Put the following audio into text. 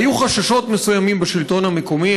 היו חששות מסוימים בשלטון המקומי,